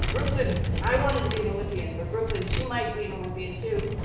brooklyn. i wanted to be an olympian, but brooklyn, she might be an olympian too.